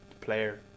player